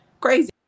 crazy